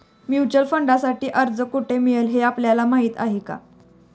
Mutual फंडांसाठी अर्ज कोठे मिळेल हे आपल्याला माहीत आहे का?